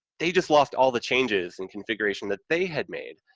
they just lost all the changes and configuration that they had made,